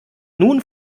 nun